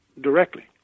directly